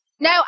No